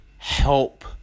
Help